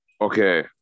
Okay